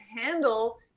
handle